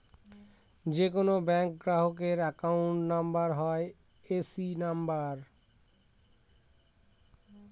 যে কোনো ব্যাঙ্ক গ্রাহকের অ্যাকাউন্ট নাম্বার হয় এ.সি নাম্বার